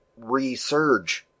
resurge